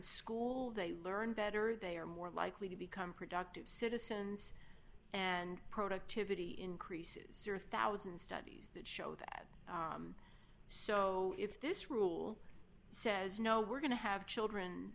school they learn better they are more likely to become productive citizens and productivity increases your one thousand studies that show that so if this rule says no we're going to have children